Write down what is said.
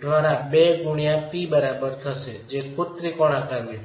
દ્વારા 2 ગુણ્યા P બરાબર થશે જે ખુદ ત્રિકોણાકાર વિસ્તાર છે